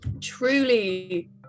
truly